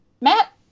Matt